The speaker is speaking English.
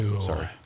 Sorry